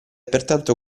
pertanto